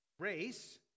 race